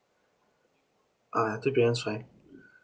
uh three P_M is fine